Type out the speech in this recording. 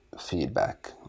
feedback